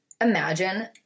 imagine